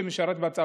גם אני אקשיב לך.